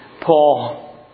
Paul